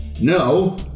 No